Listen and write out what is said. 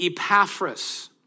Epaphras